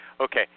Okay